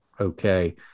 okay